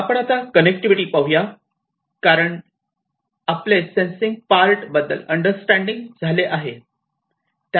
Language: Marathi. आपण आता कनेक्टिविटी पार्ट पाहूया कारण आपले सेन्सिंग पार्ट बद्दल अंडरस्टँडिंग झाले आहे